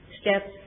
steps